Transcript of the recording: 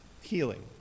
Healing